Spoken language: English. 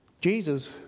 Jesus